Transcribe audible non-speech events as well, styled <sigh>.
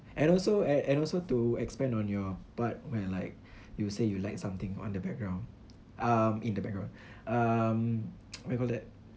and also and and also to expand on your part where like you say you like something on the background um in the background um <noise> what you call that